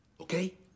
Okay